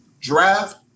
draft